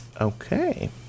Okay